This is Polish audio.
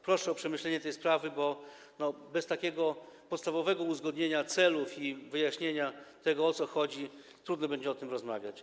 Proszę o przemyślenie tej sprawy, bo bez takiego podstawowego uzgodnienia celów i wyjaśnienia tego, o co chodzi, trudno będzie o tym rozmawiać.